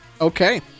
Okay